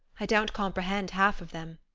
i don't comprehend half of them.